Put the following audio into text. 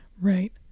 Right